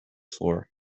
floor